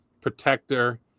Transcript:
protector